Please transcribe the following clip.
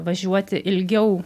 važiuoti ilgiau